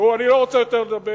אני לא רוצה לדבר יותר.